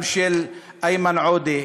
גם של איימן עודה,